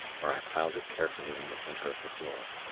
where i piled it carefully in the center of the floor.